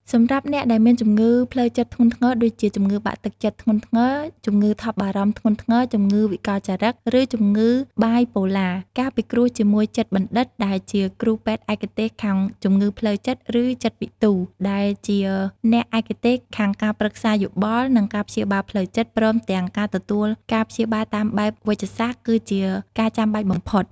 សម្រាប់អ្នកដែលមានជំងឺផ្លូវចិត្តធ្ងន់ធ្ងរដូចជា ជំងឺបាក់ទឹកចិត្តធ្ងន់ធ្ងរ, ជំងឺថប់បារម្ភធ្ងន់ធ្ងរ , ជំងឺវិកលចរិត ឬជំងឺបាយប៉ូឡា ការពិគ្រោះជាមួយចិត្តបណ្ឌិត ដែលជាគ្រូពេទ្យឯកទេសខាងជំងឺផ្លូវចិត្ត ឬចិត្តវិទូ ដែលជាអ្នកឯកទេសខាងការប្រឹក្សាយោបល់ និងការព្យាបាលផ្លូវចិត្ត ព្រមទាំងការទទួលការព្យាបាលតាមបែបវេជ្ជសាស្ត្រ គឺជាការចាំបាច់បំផុត។